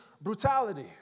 brutality